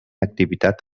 activitat